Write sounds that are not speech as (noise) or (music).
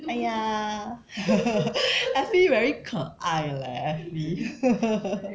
!aiya! (laughs) effie very 可爱 leh effie